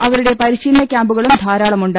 അവരുടെ പരിശീലന ക്യാമ്പുകളും ധാരാളമു ണ്ട്